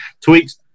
tweaks